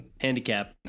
handicap